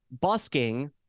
busking